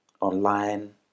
online